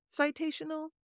citational